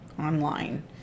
online